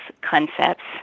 concepts